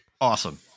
Awesome